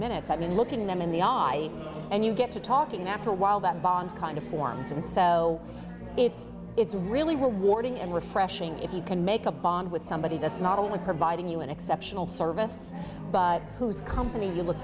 minutes i mean looking them in the eye and you get to talking after a while that bond kind of forms and so it's it's really rewarding and refreshing if you can make a bond with somebody that's not only providing you an exceptional service but whose company